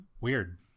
Weird